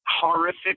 horrific